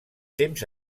temps